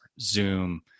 Zoom